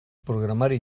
programari